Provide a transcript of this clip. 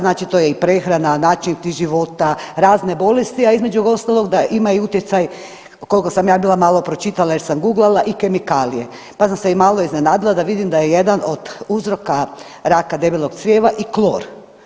Znači to je i prehrana, način života, razne bolesti, a između ostalog da imaju utjecaj koliko sam ja bila malo pročitala jer sam guglala i kemikalije, pa sam se i malo iznenadila da vidim da je jedan od uzroka raka debelog crijeva i klor.